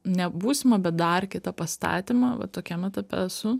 nebūsimą bet dar kitą pastatymą va tokiam etape esu